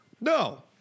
No